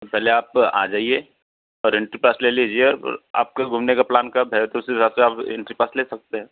तो पहले आप आ जाइए और एंट्री पास ले लीजिए और आपके घूमने का प्लान कब है तो उस हिसाब से आप एंट्री पास ले सकते हैं